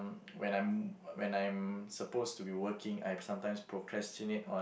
when I'm when I'm supposed to be working I sometimes procrastinate on